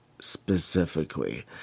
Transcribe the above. specifically